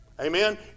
Amen